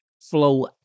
flow